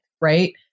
Right